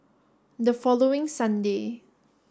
the following Sunday